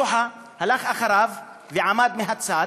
וג'וחא הלך אחריו ועמד מהצד.